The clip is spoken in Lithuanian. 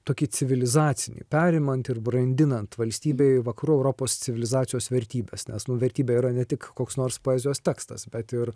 tokį civilizacinį perimant ir brandinant valstybėj vakarų europos civilizacijos vertybes nes vertybė yra ne tik koks nors poezijos tekstas bet ir